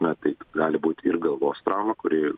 na taip gali būt ir galvos trauma kuri